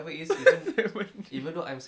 takyah mandi